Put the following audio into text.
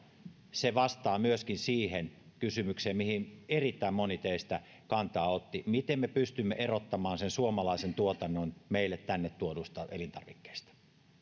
se vastaa myöskin siihen kysymykseen mihin erittäin moni teistä otti kantaa miten me pystymme erottamaan suomalaisen tuotannon meille tänne tuoduista elintarvikkeista